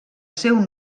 seu